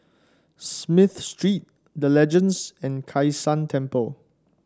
Smith Street The Legends and Kai San Temple